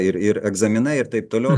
ir ir egzaminai ir taip toliau